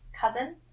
cousin